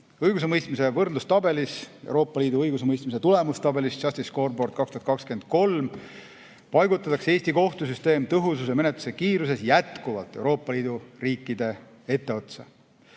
Õigusemõistmise võrdlustabelis, Euroopa Liidu õigusemõistmise tulemustabelis "Justice Scoreboard 2023" paigutatakse Eesti kohtusüsteem tõhususes ja menetluste kiiruses jätkuvalt Euroopa Liidu riikide etteotsa.